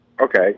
Okay